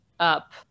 up